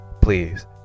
please